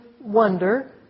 wonder